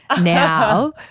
now